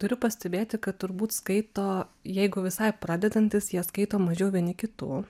turiu pastebėti kad turbūt skaito jeigu visai pradedantys jie skaito mažiau vieni kitų